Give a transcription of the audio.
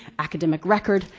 academic record,